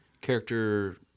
character